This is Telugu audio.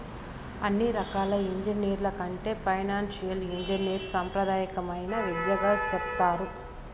అన్ని రకాల ఎంగినీరింగ్ల కంటే ఫైనాన్సియల్ ఇంజనీరింగ్ సాంప్రదాయమైన విద్యగా సెప్తారు